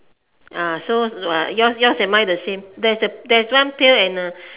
ah so uh yours yours and mine the same there's there's one pail there's and a